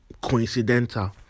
coincidental